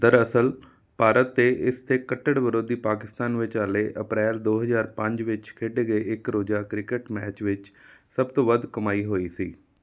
ਦਰਅਸਲ ਭਾਰਤ ਅਤੇ ਇਸ ਦੇ ਕੱਟੜ ਵਿਰੋਧੀ ਪਾਕਿਸਤਾਨ ਵਿਚਾਲੇ ਅਪ੍ਰੈਲ ਦੋ ਹਜ਼ਾਰ ਪੰਜ ਵਿੱਚ ਖੇਡੇ ਗਏ ਇੱਕ ਰੋਜ਼ਾ ਕ੍ਰਿਕਟ ਮੈਚ ਵਿੱਚ ਸਭ ਤੋਂ ਵੱਧ ਕਮਾਈ ਹੋਈ ਸੀ